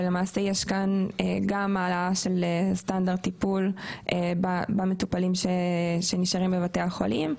ולמעשה יש כאן גם העלאה של סטנדרט טיפול במטופלים שנשארים בבתי החולים,